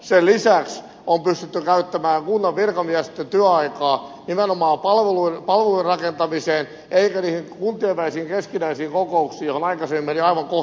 sen lisäksi on pystytty käyttämään kunnan virkamiesten työaikaa nimenomaan palvelujen rakentamiseen eikä niihin kuntien välisiin keskinäisiin kokouksiin joihin aikaisemmin meni aivan kohtuuton määrä aikaa